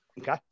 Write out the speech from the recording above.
okay